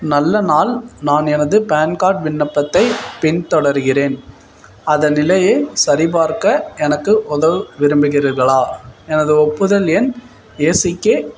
நல்ல நாள் நான் எனது பான்கார்ட் விண்ணப்பத்தை பின் தொடர்கிறேன் அதன் நிலையை சரிபார்க்க எனக்கு உதவ விரும்புகிறீர்களா எனது ஒப்புதல் எண் ஏசிகே